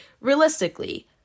realistically